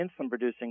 insulin-producing